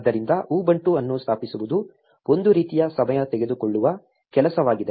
ಆದ್ದರಿಂದ ಉಬುಂಟು ಅನ್ನು ಸ್ಥಾಪಿಸುವುದು ಒಂದು ರೀತಿಯ ಸಮಯ ತೆಗೆದುಕೊಳ್ಳುವ ಕೆಲಸವಾಗಿದೆ